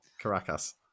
Caracas